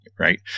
Right